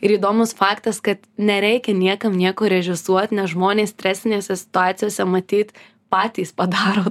ir įdomus faktas kad nereikia niekam nieko režisuot nes žmonės stresinėse situacijose matyt patys padaro